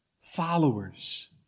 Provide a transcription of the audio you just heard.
followers